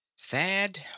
Thad